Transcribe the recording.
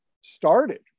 started